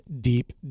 deep